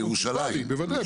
שטח של ירושלים בוודאי,